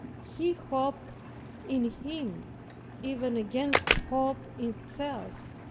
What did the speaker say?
he hoped in him even against hope itself,